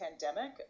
pandemic